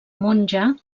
monja